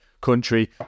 country